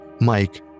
Mike